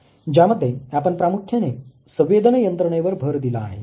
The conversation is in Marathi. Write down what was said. ज्यामध्ये आपण प्रामुख्याने संवेदन यंत्रणेवर भर दिला आहे